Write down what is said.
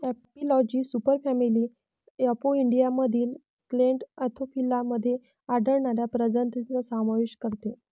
एपिलॉजी सुपरफॅमिली अपोइडियामधील clade Anthophila मध्ये आढळणाऱ्या प्रजातींचा समावेश करते